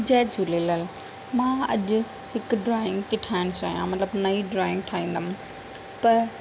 जय झूलेलाल मां अॼु हिक ड्रॉइंग थी ठाहिणु चाहियां मतलबु नई ड्रॉइंग ठाहींदमि पर